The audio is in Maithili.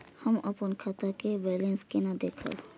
हम अपन खाता के बैलेंस केना देखब?